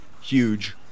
huge